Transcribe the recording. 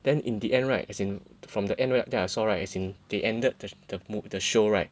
then in the end right as in from the end right then I saw right as in they ended the mov~ the show right